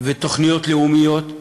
ותוכניות לאומיות.